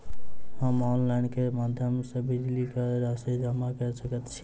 हम ऑनलाइन केँ माध्यम सँ बिजली कऽ राशि जमा कऽ सकैत छी?